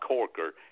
Corker